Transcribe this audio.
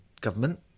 government